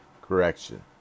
correction